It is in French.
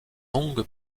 longue